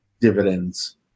dividends